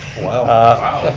wow.